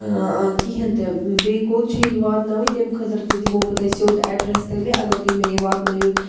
کِہیٖنۍ تہِ بیٚیہِ کوٚت چھےٚ یہِ واتناوٕنۍ تَمہِ خٲطرٕ تہِ دِمو بہٕ تۄہہِ سیوٚد اٮ۪ڈرٮ۪س تیٚلہِ اَگر تُہۍ مےٚ یہِ واتنٲیِو